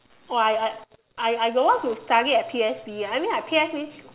oh I I I do want to study at P_S_B I mean at P_S_B